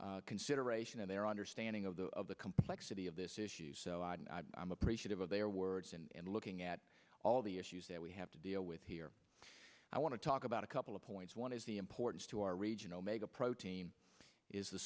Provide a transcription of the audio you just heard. consideration and their understanding of the of the complexity of this issue so i am appreciative of their words and looking at all the issues that we have to deal with here i want to talk about a couple of points one is the importance to our region omega protein is the